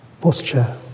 posture